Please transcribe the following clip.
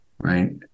Right